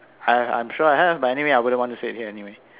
uh I'm sure I have but anyway I wouldn't want to say it here anyway